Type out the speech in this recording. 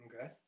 Okay